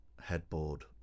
headboard